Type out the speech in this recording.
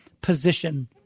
position